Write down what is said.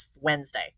Wednesday